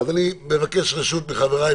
אני מבקש רשות מחבריי,